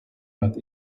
not